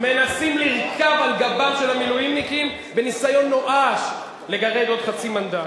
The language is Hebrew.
מנסים לרכוב על גבם של המילואימניקים בניסיון נואש לגרד עוד חצי מנדט.